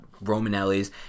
Romanelli's